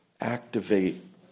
Activate